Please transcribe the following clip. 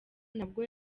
nabwo